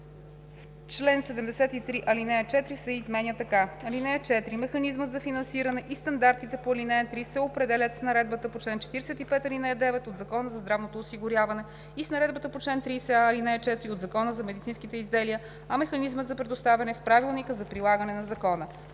чл. 73 ал. 4 се изменя така: „(4) Механизмът за финансиране и стандартите по ал. 3 се определят с наредбата по чл. 45, ал. 9 от Закона за здравното осигуряване и с наредбата по чл. 30а, ал. 4 от Закона за медицинските изделия, а механизмът за предоставяне – в правилника за прилагане на закона.“